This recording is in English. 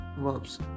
Verbs